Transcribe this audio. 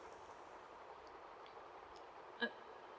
uh